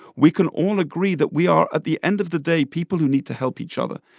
we can all agree that we are, at the end of the day, people who need to help each other.